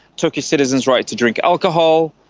turkish citizens' right to drink alcohol,